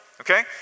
Okay